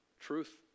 Truth